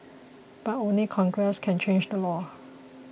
but only Congress can change the law